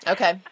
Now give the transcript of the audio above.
Okay